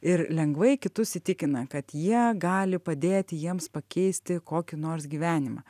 ir lengvai kitus įtikina kad jie gali padėti jiems pakeisti kokį nors gyvenimą